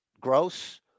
gross